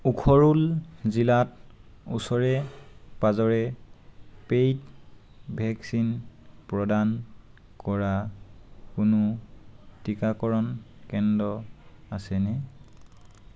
উখৰুল জিলাত ওচৰে পাঁজৰে পেইড ভেকচিন প্ৰদান কৰা কোনো টিকাকৰণ কেন্দ্ৰ আছেনে